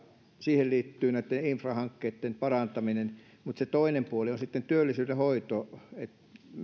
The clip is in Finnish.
siihen liittyy näitten infrahankkeitten parantaminen mutta se toinen puoli on sitten työllisyydenhoito